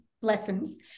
lessons